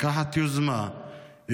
לקחת יוזמה,